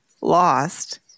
lost